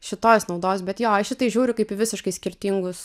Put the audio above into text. šitos naudos bet jo aš į tai žiūriu kaip į visiškai skirtingus